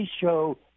Show